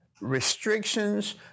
restrictions